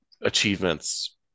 achievements